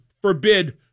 Forbid